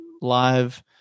live